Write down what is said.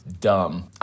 dumb